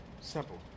simple